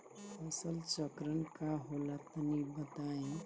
फसल चक्रण का होला तनि बताई?